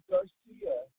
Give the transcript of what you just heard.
Garcia